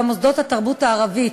גם מוסדות התרבות הערבית,